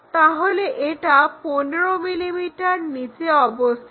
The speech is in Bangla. তাহলে এটা 15 mm নিচে অবস্থিত